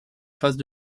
phases